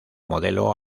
modelo